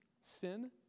sin